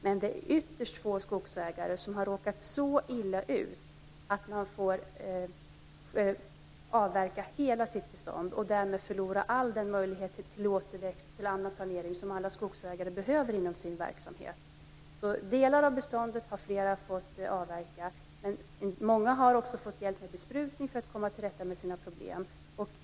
Men det är ytterst få skogsägare som har råkat så illa ut att de har fått avverka hela sitt bestånd så att de därmed har förlorat alla möjligheter till återväxt och annan planering som alla skogsägare är beroende av i sin verksamhet. Det är alltså flera som har varit tvungna att avverka delar av sitt bestånd, men många har också fått hjälp med besprutning för att komma till rätta med problemen.